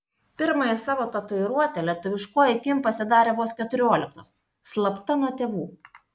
pirmąją savo tatuiruotę lietuviškoji kim pasidarė vos keturiolikos slapta nuo tėvų